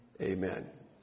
Amen